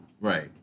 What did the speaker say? Right